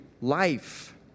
life